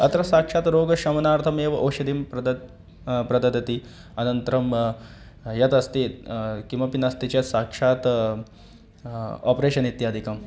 अत्र साक्षात् रोगशमनार्थमेव ओषधिं प्रददौ प्रददति अनन्तरं यदस्ति किमपि नास्ति चेत् साक्षात् आपरेशन् इत्यादिकम्